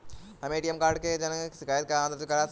हम ATM card खो जाने की शिकायत कहाँ दर्ज कर सकते हैं?